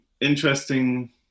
interesting